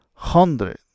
hundred